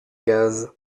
gaz